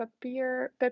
papier